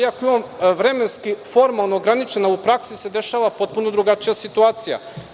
Iako imamo vremenski formalno ograničeno u praksi se dešava potpuno drugačija situacija.